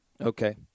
Okay